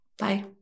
Bye